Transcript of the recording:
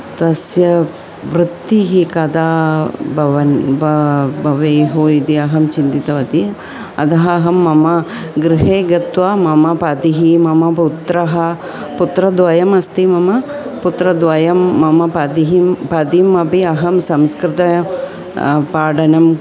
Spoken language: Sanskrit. तस्य वृत्तिः कदा बवन् बा बवेयुः इति अहं चिन्तितवती अदः अहं मम गृहे गत्वा मम पतिः मम पुत्रः पुत्रद्वयमस्ति मम पुत्रद्वयं मम पतिः पतिम् अपि अहं संस्कृतं पाठनं